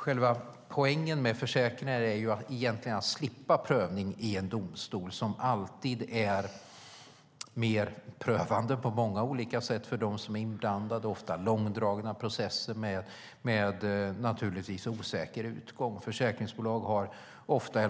Själva poängen med försäkringen är egentligen att slippa prövning i en domstol, som alltid på många olika sätt är mer prövande för de inblandade. Det är ofta långdragna processer, med en osäker utgång. Försäkringsbolag har ofta